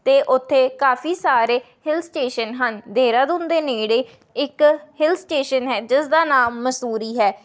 ਅਤੇ ਉੱਥੇ ਕਾਫੀ ਸਾਰੇ ਹਿਲ ਸਟੇਸ਼ਨ ਹਨ ਦੇਹਰਾਦੂਨ ਦੇ ਨੇੜੇ ਇੱਕ ਹਿਲ ਸਟੇਸ਼ਨ ਹੈ ਜਿਸ ਦਾ ਨਾਮ ਮਸੂਰੀ ਹੈ